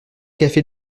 café